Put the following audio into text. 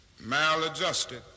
maladjusted